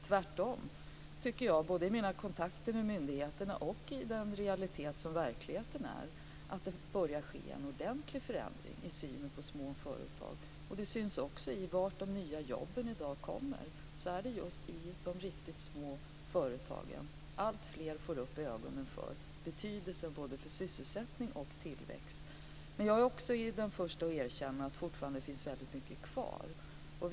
Tvärtom har jag i mina kontakter med myndigheterna och i den realitet som verkligheten är märkt att det börjat ske en ordentlig förändring i synen på små företag. Det syns också i var de nya jobben i dag kommer. Det är just i de riktigt små företagen. Alltfler får upp ögonen för betydelsen både av sysselsättning och tillväxt. Men jag är också den första att erkänna att det fortfarande finns väldigt mycket kvar att göra.